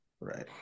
Right